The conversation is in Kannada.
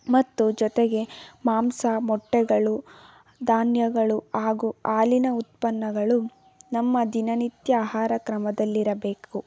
ಮತ್ತು ಜೊತೆಗೆ ಮಾಂಸ ಮೊಟ್ಟೆಗಳು ಧಾನ್ಯಗಳು ಹಾಗು ಹಾಲಿನ ಉತ್ಪನ್ನಗಳು ನಮ್ಮ ದಿನನಿತ್ಯ ಆಹಾರ ಕ್ರಮದಲ್ಲಿರಬೇಕು